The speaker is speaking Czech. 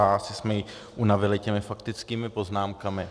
Asi jsme ji unavili těmi faktickými poznámkami.